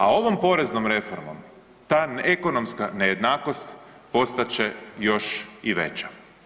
A ovom poreznom reformom, ta ekonomska nejednakost, postat će još i veća.